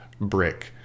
brick